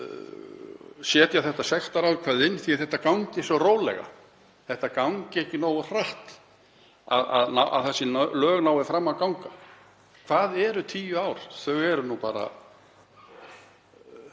að setja sektarákvæði inn því að þetta gangi svo rólega, það gangi ekki nógu hratt að þessi lög nái fram að ganga. Hvað eru tíu ár? Þau eru nú bara